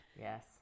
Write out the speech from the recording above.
Yes